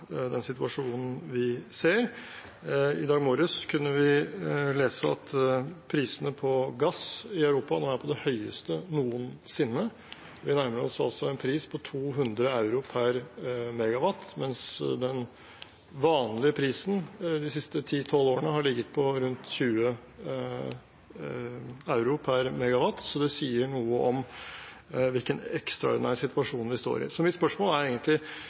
den situasjonen vi ser. I dag morges kunne vi lese at prisene på gass i Europa nå er på det høyeste noensinne. Vi nærmer oss altså en pris på 200 euro per MW, mens den vanlige prisen de siste 10–12 årene har ligget på rundt 20 euro per MW. Det sier noe om hvilken ekstraordinær situasjon vi står i. Så mitt spørsmål er egentlig: